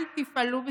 אל תפעלו בסיסמאות,